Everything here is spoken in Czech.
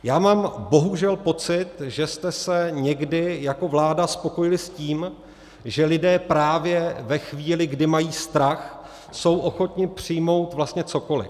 Já mám bohužel pocit, že jste se někdy jako vláda spokojili s tím, že lidé právě ve chvíli, kdy mají strach, jsou ochotni přijmout vlastně cokoli.